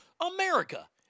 America